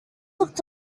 looked